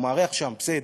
הוא מארח שם, בסדר.